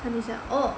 看一下